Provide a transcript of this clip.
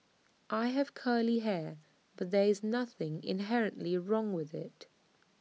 I have curly hair but there is nothing inherently wrong with IT